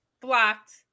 Blocked